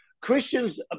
Christians